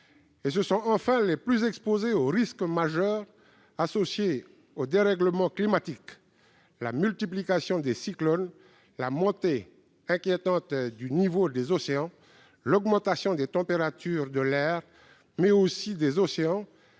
Ce sont enfin les plus exposés aux risques majeurs associés au dérèglement climatique : la multiplication des cyclones, la montée inquiétante du niveau des océans, l'augmentation des températures de l'air, mais aussi des océans,